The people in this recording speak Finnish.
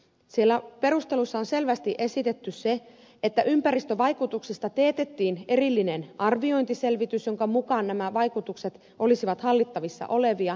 siellä perusteluissa on selvästi esitetty se että ympäristövaikutuksista teetettiin erillinen arviointiselvitys jonka mukaan nämä vaikutukset olisivat hallittavissa olevia